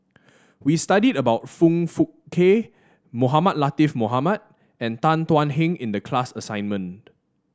we studied about Foong Fook Kay Mohamed Latiff Mohamed and Tan Thuan Heng in the class assignment